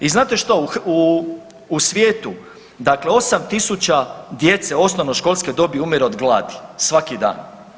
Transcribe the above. I znate što, u svijetu, dakle 8.000 djece, osnovnoškolske dobi umire od gladi svaki dan.